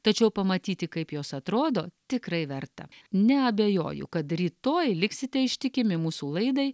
tačiau pamatyti kaip jos atrodo tikrai verta neabejoju kad rytoj liksite ištikimi mūsų laidai